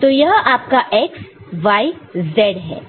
तो यह आपका x y z है